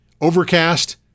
Overcast